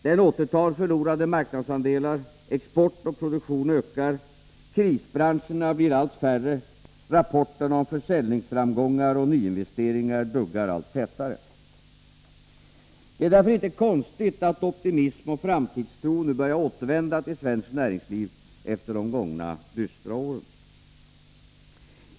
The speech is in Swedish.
Den återtar förlorade marknadsandelar, export och produktion ökar, krisbranscherna blir allt färre, rapporterna om försäljningsframgångar och nyinvesteringar duggar allt tätare. Det är därför inte konstigt att optimism och framtidstro nu börjar återvända till svenskt näringsliv efter de gångna dystra åren.